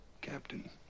Captain